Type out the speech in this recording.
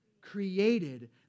created